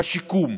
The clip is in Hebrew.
השיקום,